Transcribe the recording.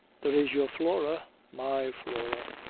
there is your flora. my flora!